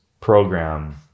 program